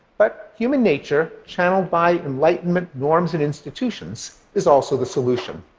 but human nature, channeled by enlightenment norms and institutions, is also the solution.